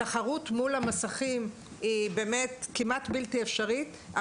התחרות מול המסכים היא באמת כמעט בלתי אפשרית.